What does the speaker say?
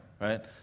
right